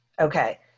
Okay